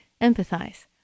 empathize